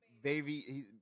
Baby